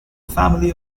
family